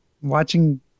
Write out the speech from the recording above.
watching